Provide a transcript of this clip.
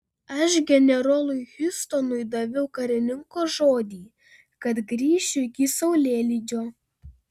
aš generolui hiustonui daviau karininko žodį kad grįšiu iki saulėlydžio